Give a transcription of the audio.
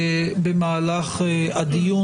במהלך הדיון.